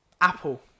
Apple